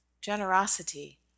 generosity